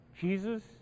Jesus